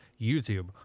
YouTube